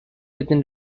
within